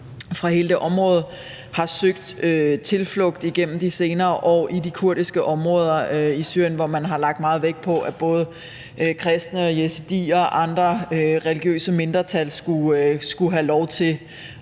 de senere år har søgt tilflugt i de kurdiske områder i Syrien, hvor man har lagt meget vægt på, at både kristne, yazidier og andre religiøse mindretal skulle have lov til